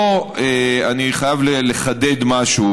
פה אני חייב לחדד משהו,